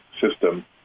system